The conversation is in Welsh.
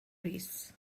rees